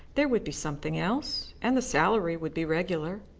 there would be something else, and the salary would be regular.